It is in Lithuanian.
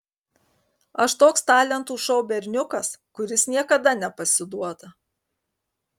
aš toks talentų šou berniukas kuris niekada nepasiduoda